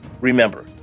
Remember